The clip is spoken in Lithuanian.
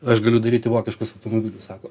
aš galiu daryti vokiškus automobilius sako